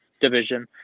division